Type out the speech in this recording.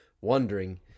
wondering